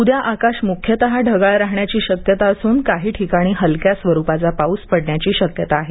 उद्या आकाश मुख्यतः ढगाळ राहण्याची शक्यता असुन काही ठिकाणी हलक्या स्वरुपाचा पाऊस पडण्याची शक्यता आहे